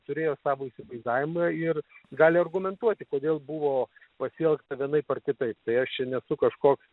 turėjo savo įsivaizdavimą ir gali argumentuoti kodėl buvo pasielgta vienaip ar kitaip tai aš čia nesu kažkoks